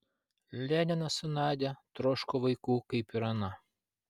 leninas su nadia troško vaikų kaip ir ana